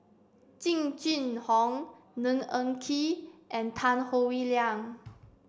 Jing Jun Hong Ng Eng Kee and Tan Howe Liang